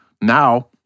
Now